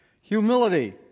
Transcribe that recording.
Humility